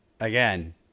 Again